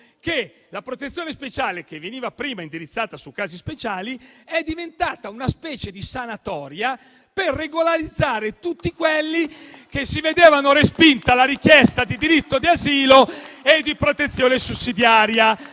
che la protezione speciale, che prima veniva indirizzata su casi speciali, è diventata una specie di sanatoria per regolarizzare tutti quelli che si vedevano respinta la richiesta di diritto di asilo e di protezione sussidiaria